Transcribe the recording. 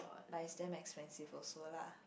but it's damn expensive also lah